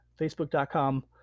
facebook.com